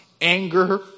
anger